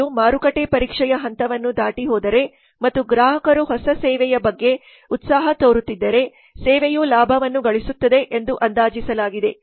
ಸೇವೆಯು ಮಾರುಕಟ್ಟೆ ಪರೀಕ್ಷೆಯ ಹಂತವನ್ನು ದಾಟಿ ಹೋದರೆ ಮತ್ತು ಗ್ರಾಹಕರು ಹೊಸ ಸೇವೆಯ ಬಗ್ಗೆ ಉತ್ಸಾಹ ತೋರುತ್ತಿದ್ದರೆ ಸೇವೆಯು ಲಾಭವನ್ನು ಗಳಿಸುತ್ತದೆ ಎಂದು ಅಂದಾಜಿಸಲಾಗಿದೆ